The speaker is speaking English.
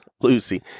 Lucy